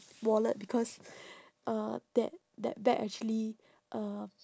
wallet because uh that that bag actually uh